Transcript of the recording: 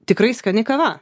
tikrai skani kava